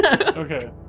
Okay